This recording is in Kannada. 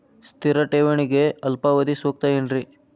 ಸ್ಥಿರ ಠೇವಣಿಗೆ ಅಲ್ಪಾವಧಿ ಸೂಕ್ತ ಏನ್ರಿ?